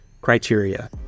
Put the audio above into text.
criteria